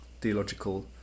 theological